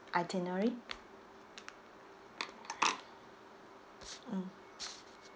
itinerary mm